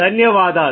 ధన్యవాదాలు